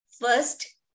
First